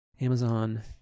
Amazon